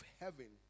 heaven